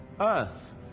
Earth